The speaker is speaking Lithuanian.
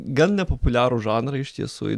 gan nepopuliarų žanrą iš tiesų į